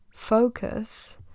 focus